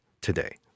today